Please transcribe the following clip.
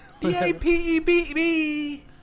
D-A-P-E-B-B